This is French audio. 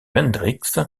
hendrix